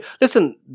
Listen